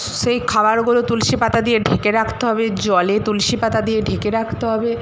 সেই খাবারগুলো তুলসী পাতা দিয়ে ঢেকে রাখতে হবে জলে তুলসী পাতা দিয়ে ঢেকে রাখতে হবে